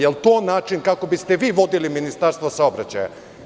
Da li je to način kako biste vi vodili Ministarstvo saobraćaja.